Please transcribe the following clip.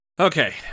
Okay